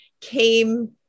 came